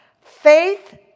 Faith